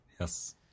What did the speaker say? Yes